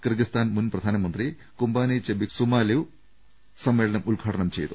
Kyrgyzstan മുൻ പ്രധാനമന്ത്രി കുംബാനി ചെബിക് സുമാലിവ് സമ്മേളനം ഉദ്ഘാടനം ചെയ്തു